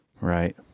Right